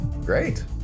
Great